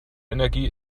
energie